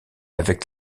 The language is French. avec